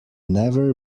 never